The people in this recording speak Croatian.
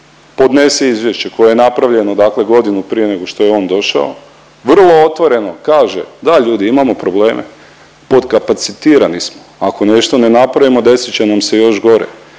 podnese izvješće koje je napravljeno dakle godinu prije nego što je on došao, vrlo otvoreno kaže, da ljudi imamo probleme, potkapacitirani smo, ako nešto ne napravimo desit će nam se još gore,